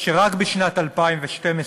שרק בשנת 2012,